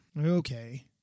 Okay